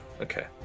Okay